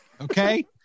Okay